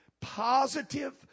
positive